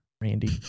Randy